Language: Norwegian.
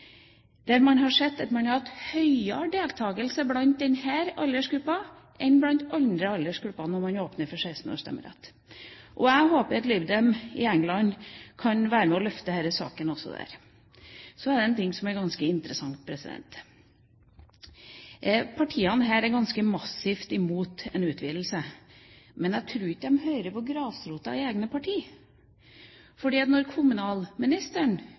der man har sett at man har hatt høyere deltakelse blant denne aldersgruppen enn blant andre aldersgrupper når man åpner for stemmerett for 16-åringer. Jeg håper at Lib Dem i Storbritannia kan være med på å løfte denne saken også der. Så er det noe som er ganske interessant. Partiene her er ganske massivt imot en utvidelse, men jeg tror ikke de hører på grasrota i egne partier. Da kommunalministeren ville ha et prøveprosjekt med stemmerett for 16-åringer, sa 146 kommuner at